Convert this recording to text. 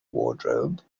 wardrobe